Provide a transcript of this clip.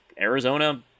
Arizona